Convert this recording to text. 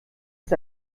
ist